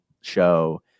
show